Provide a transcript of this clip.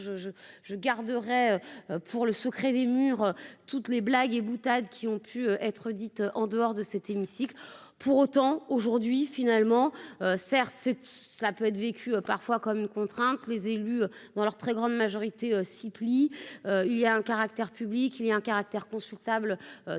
je garderai pour le sucré des murs toutes les blagues et boutade qui ont pu être dites en dehors de cet hémicycle pour autant aujourd'hui finalement certes ce cela peut être vécu parfois comme une contrainte, les élus dans leur très grande majorité s'y plie, il y a un caractère public il y a un caractère consultables dans les